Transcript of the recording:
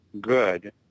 good